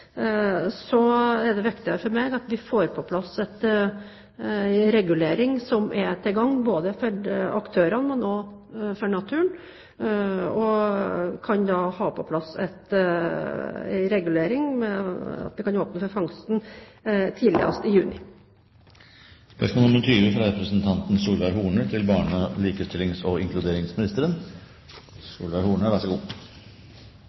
Så det er viktigere for meg at vi får på plass en regulering som er til gagn både for aktørene og for naturen, en regulering som kan åpne for fangsten tidligst i juni. «Mange barn er berørt av foreldrenes samlivsbrudd, med påfølgende samværsspørsmål i deres første leveår. Far mister alle rettigheter til